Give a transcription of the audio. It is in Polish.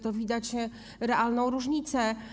Tu widać realną różnicę.